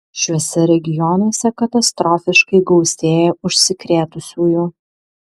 šiuose regionuose katastrofiškai gausėja užsikrėtusiųjų